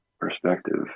perspective